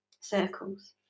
circles